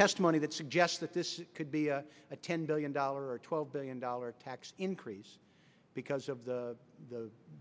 testimony that suggests that this could be a ten billion dollars or twelve billion dollars tax increase because of the